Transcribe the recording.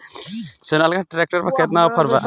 Sonalika tractor पर केतना offer बा?